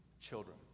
children